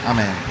Amen